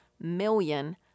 million